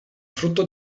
frutto